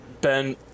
Ben